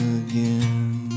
again